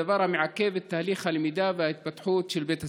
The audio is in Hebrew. דבר המעכב את תהליך הלמידה וההתפתחות של בית הספר.